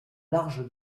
larges